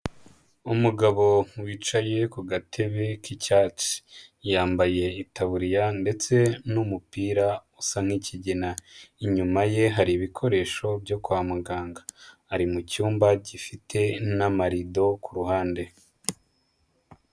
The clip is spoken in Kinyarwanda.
Umugabo wicaye ku gatebe k'icyatsi, yambaye itaburiya ndetse n'umupira usa n'ikigina, inyuma ye hari ibikoresho byo kwa muganga, ari mucyumba gifite n'amarido ku ruhande.